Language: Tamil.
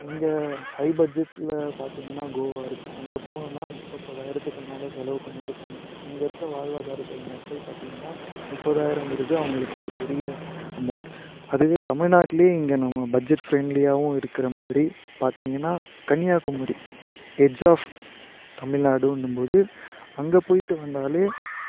இங்கே ஹை பட்ஜெட்டில் பார்த்தீங்கன்னா கோவா இருக்குது அங்கே போகணுன்னா முப்பதாயிரத்துக்கு மேலே செலவு பண்ணிட்டு போகணும் இங்கே இருக்கற வாழ்வாதாரத்தோட மக்கள் பார்த்தீங்கன்னா முப்பதாயிரங்கிறது அவங்களுக்கு ஒரு பெரிய அமௌண்ட் அதுவே தமிழ்நாட்லையே இங்கே நம்ம பட்ஜெட் ஃப்ரெண்ட்லியாகவும் இருக்கிற மாதிரி பார்த்தீங்கன்னா கன்னியாகுமரி எட்ஜ் ஆஃப் தமிழ்நாடுன்னும் போது அங்கே போய்விட்டு வந்தாலே